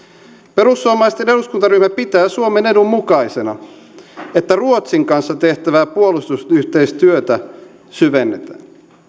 perussuomalaisten eduskuntaryhmä pitää suomen edun mukaisena että ruotsin kanssa tehtävää puolustusyhteistyötä syvennetään